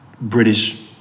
British